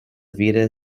vita